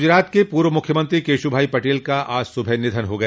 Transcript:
गुजरात के पूर्व मुख्यमंत्री केशुभाई पटेल का आज सुबह निधन हो गया